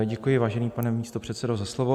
Děkuji, vážený pane místopředsedo, za slovo.